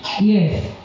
Yes